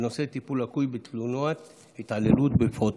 בנושא: טיפול לקוי בתלונות על התעללות בפעוטות.